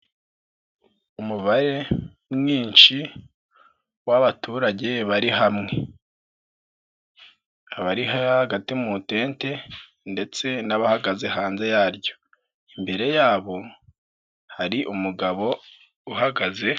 Umubare mwinshi w'abaturage bari hamwe, abari hagati mu tente ndetse n'abahagaze hanze yaryo, imbere yabo hari umugabo uhagaze.